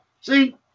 See